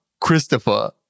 Christopher